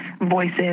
voices